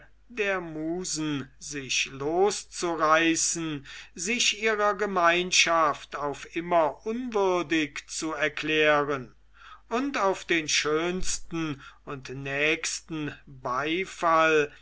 der musen sich loszureißen sich ihrer gemeinschaft auf immer unwürdig zu erklären und auf den schönsten und nächsten beifall